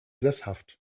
sesshaft